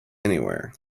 anywhere